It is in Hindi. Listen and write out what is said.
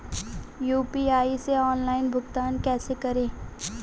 यू.पी.आई से ऑनलाइन भुगतान कैसे करें?